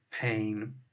pain